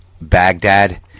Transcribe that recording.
Baghdad